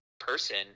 person